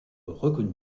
reconnu